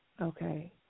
Okay